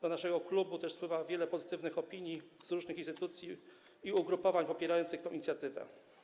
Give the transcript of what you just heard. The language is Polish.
Do naszego klubu spływa też wiele pozytywnych opinii z różnych instytucji i ugrupowań popierających tę inicjatywę.